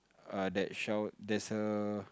err that shell there's a